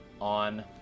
on